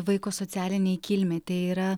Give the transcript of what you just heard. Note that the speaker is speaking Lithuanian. vaiko socialinei kilmei tai yra